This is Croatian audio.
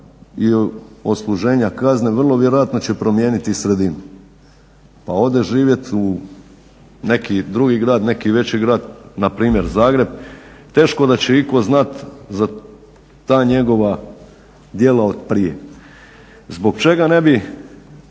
ili odsluženja kazne vrlo vjerojatno će promijeniti i sredinu pa ode živjeti u neki drugi grad, neki veći grad, npr. Zagreb, teško da će itko znati za ta njegova djela otprije. Zbog čega ne bi